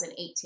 2018